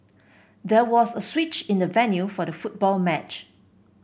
there was a switch in the venue for the football match